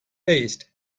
east